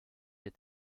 est